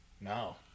No